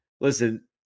listen